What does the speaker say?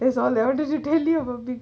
thats all I have to tell you about